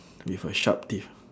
with a sharp teeth